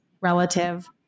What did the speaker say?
relative